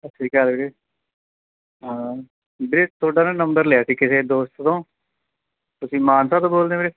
ਸਤਿ ਸ਼੍ਰੀ ਅਕਾਲ ਵੀਰੇ ਹਾਂ ਵੀਰੇ ਤੁਹਾਡਾ ਨਾ ਨੰਬਰ ਲਿਆ ਸੀ ਕਿਸੇ ਦੋਸਤ ਤੋਂ ਤੁਸੀਂ ਮਾਨਸਾ ਤੋਂ ਬੋਲਦੇ ਵੀਰੇ